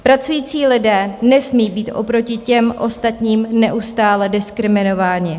Pracující lidé nesmí být oproti těm ostatním neustále diskriminováni.